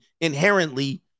inherently